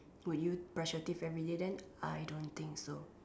would you brush your teeth everyday then I don't think so